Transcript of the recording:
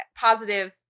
positive